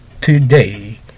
today